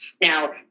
Now